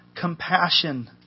compassion